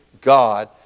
God